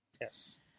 Yes